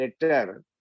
letter